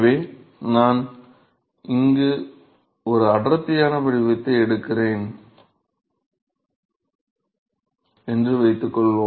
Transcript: எனவே நான் இங்கே ஒரு அடர்த்தியின் வடிவத்தை எடுக்கிறேன் என்று வைத்துக்கொள்வோம்